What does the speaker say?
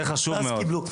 ואז קיבלו.